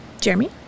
Jeremy